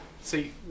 see